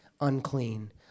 unclean